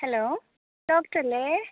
hello ഡോക്ടറല്ലേ